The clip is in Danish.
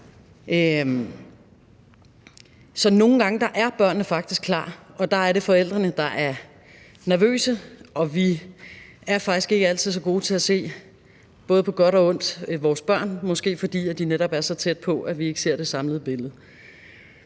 Så nogle gange er børnene faktisk klar, og der er det forældrene, der er nervøse, og vi er faktisk ikke altid så gode til at se, både på godt og ondt, vores børn, måske fordi de netop er så tæt på, at vi ikke ser det samlede billede.